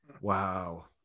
Wow